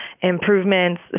improvements